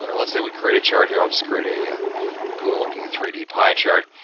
let's say we create a chart here. i'll just create a yeah cool looking three d pie chart,